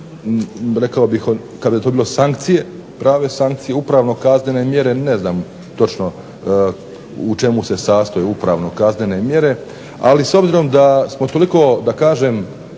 rekao bih kada bi to bilo sankcije, prave sankcije, upravno-kaznene mjere ne znam točno u čemu se sastoje upravno-kaznene mjere, ali s obzirom da smo toliko da kažem